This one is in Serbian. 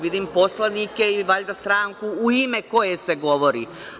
Vidim poslanike ili valjda stranku u ime koje se govori.